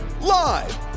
Live